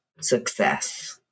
success